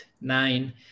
nine